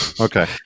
okay